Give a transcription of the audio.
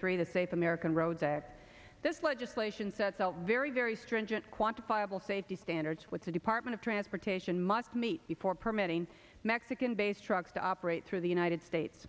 three the safe american road that this legislation sets up very very stringent quantifiable safety standards which the department transportation must meet before permitting mexican based trucks to operate through the united states